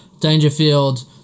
Dangerfield